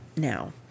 Now